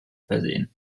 versehen